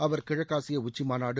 அவர் கிழக்காசிய உச்சிமாநாடு